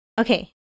Okay